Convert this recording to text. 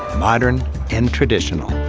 modern and traditional.